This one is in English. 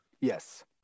Yes